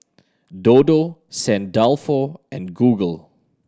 Dodo Saint Dalfour and Google